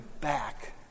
back